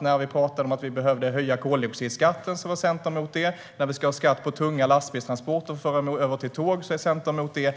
när vi pratade om att vi behövde höja koldioxidskatten var Centern emot det, och att införa skatt på tunga lastbilstransporter för att föra över dem till tåg är Centern också emot.